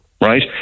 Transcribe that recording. right